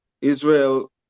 Israel